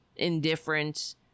indifference